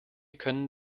können